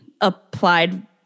applied